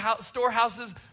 storehouses